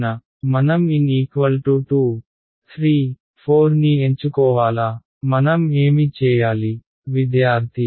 మనం n 2 3 4 ని ఎంచుకోవాలా మనం ఏమి చేయాలి